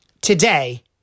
Today